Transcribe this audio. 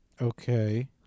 Okay